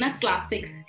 classics